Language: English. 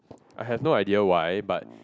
I have no idea why but